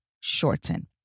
shorten